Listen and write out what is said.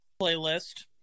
playlist